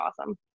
awesome